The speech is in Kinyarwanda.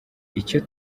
icyo